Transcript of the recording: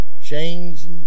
chains